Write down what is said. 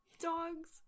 dogs